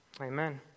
Amen